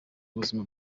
buzima